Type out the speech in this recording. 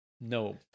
no